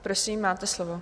Prosím, máte slovo.